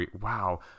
wow